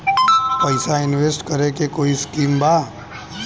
पैसा इंवेस्ट करे के कोई स्कीम बा?